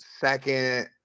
second